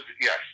Yes